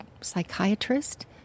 psychiatrist